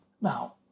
Now